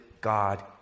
God